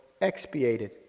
expiated